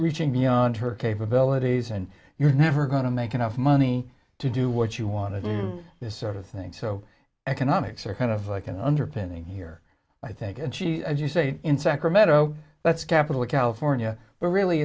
reaching beyond her capabilities and you're never going to make enough money to do what you want to do this sort of thing so economics are kind of like an underpinning here i think and she as you say in sacramento that's capital of california but really